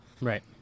Right